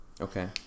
okay